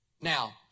Now